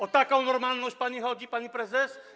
O taką normalność pani chodzi, pani prezes?